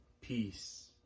peace